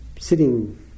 sitting